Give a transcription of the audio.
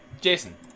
Jason